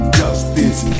justice